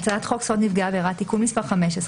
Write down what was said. הצעת חוק זכויות נפגעי עבירה (תיקון מס' 15)